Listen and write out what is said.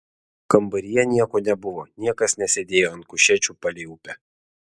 kambaryje nieko nebuvo niekas nesėdėjo ant kušečių palei upę